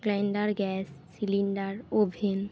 grinder gas cylinder oven